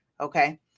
Okay